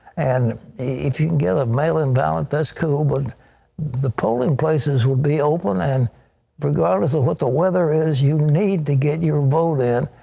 and if you get a mail-in ballot, that's cool, but the polling places will be open. and regardless of what the weather is, you need to get your vote in.